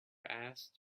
asked